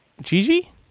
Gigi